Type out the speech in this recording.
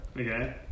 Okay